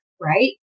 Right